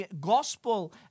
gospel